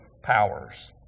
powers